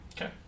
Okay